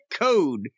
code